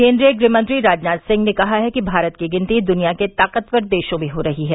केन्द्रीय गृह मंत्री राजनाथ सिंह ने कहा है कि भारत की गिनती दुनिया के ताकृतवर देशों में हो रही है